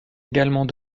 également